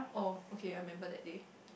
oh okay I remember that day